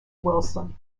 wilson